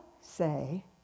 say